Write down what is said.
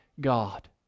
God